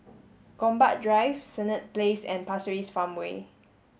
Gombak Drive Senett Place and Pasir Ris Farmway